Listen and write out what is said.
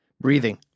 breathing